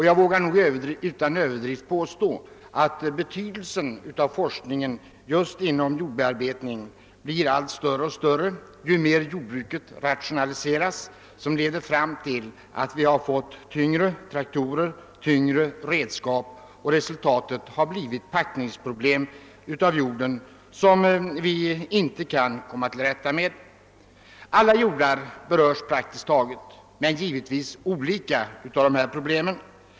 Jag vågar utan överdrift påstå att betydelsen av forskning just inom jordbearbetning blir större och större ju mer jordbruket rationaliseras, eftersom detta leder fram till att vi har fått tyngre traktorer, tyngre redskap. Resultatet har blivit packningsproblem i fråga om jorden som vi inte kan komma till rätta med. Problemet berör praktiskt taget alla jordar men givetvis olika.